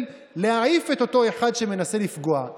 באותו סוף שבוע היו 600,